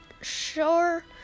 sure